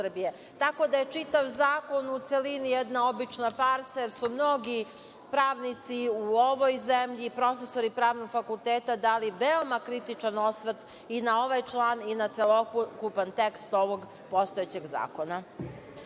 da je čitav zakon u celini jedna obična farsa, jer su mnogi pravnici u ovoj zemlji i profesori Pravnog fakulteta dali veoma kritičan osvrt i na ovaj član i na celokupan tekst ovog postojećeg zakona.